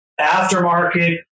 aftermarket